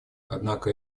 однако